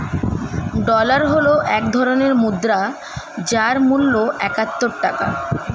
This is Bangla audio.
ডলার হল এক ধরনের মুদ্রা যার মূল্য একাত্তর টাকা